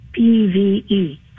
pve